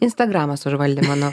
instagramas užvaldė mano